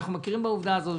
אנחנו מכירים בעובדה הזאת.